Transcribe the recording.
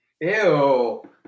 Ew